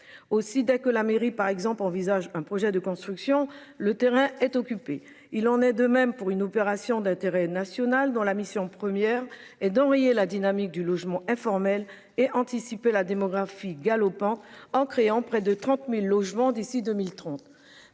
aussi dès que la mairie par exemple, envisage un projet de construction, le terrain est occupé, il en est de même pour une opération d'intérêt national, dont la mission première et d'enrayer la dynamique du logement informel et anticiper la démographie galopante en créant près de 30.000 logements d'ici 2030.